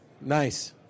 Nice